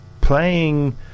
playing